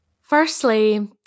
Firstly